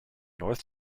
north